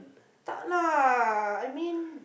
tak lah I mean